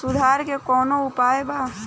सुधार के कौनोउपाय वा?